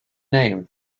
name